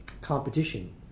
competition